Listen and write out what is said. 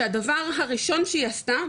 שהדבר הראשון שהיא עשתה,